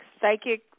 psychic